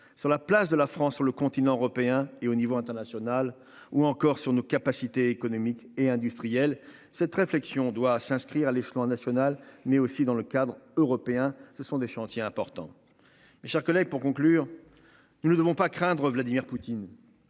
sur la place de la France sur le continent européen et au niveau international ou encore sur nos capacités économiques et industriels cette réflexion doit s'inscrire à l'échelon national mais aussi dans le cadre européen ce sont des chantiers importants. Mes chers collègues. Pour conclure. Nous ne devons pas craindre Vladimir Poutine.